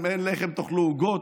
"אם אין לחם תאכלו עוגות"?